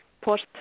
post